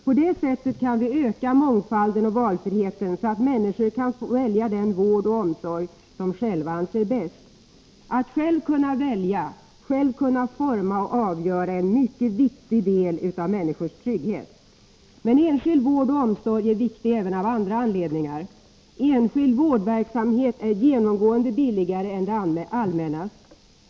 På det sättet kan vi öka mångfalden och valfriheten, så att människor kan få välja den vård och omsorg de själva anser bäst. Att själv kunna välja, forma och avgöra är en mycket viktig del av människors trygghet. Men enskild vård och omsorg är viktig även av andra anledningar. Enskild vårdverksamhet är genomgående billigare än det allmännas.